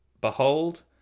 behold